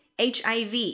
HIV